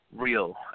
real